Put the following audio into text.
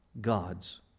God's